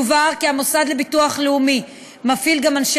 יובהר כי המוסד לביטוח לאומי מפעיל גם אנשי